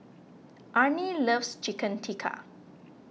Arnie loves Chicken Tikka